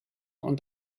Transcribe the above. und